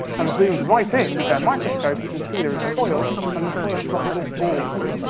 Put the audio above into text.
and zoomed right in with their microscope, you can see there is soil, and the soil's got little balls on it,